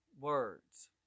words